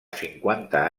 cinquanta